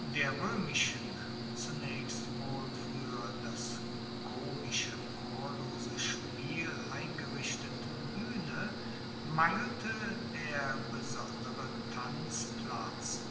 der roemischen zunaechst wohl fuer das komische chorlose spiel eingerichteten buehne mangelte der besondere tanzplatz